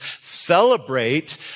celebrate